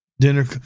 Dinner